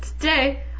today